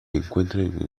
encuentran